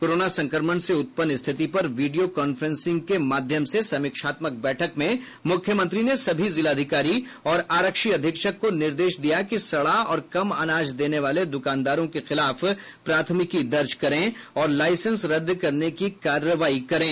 corona संक्रमण से उत्पन्न स्थिति पर वीडियो कांफ्रेंसिंग के माध्यम से समीक्षात्मक बैठक में मुख्यमंत्री ने सभी जिलाधिकारी और आरक्षी अधीक्षक को निर्देश दिया कि सड़ा और कम अनाज देने वाले दुकानदारों के खिलाफ प्राथमिकी दर्ज करें और लाईसेंस रद्द करने की कार्रवाई करें